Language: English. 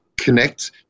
connect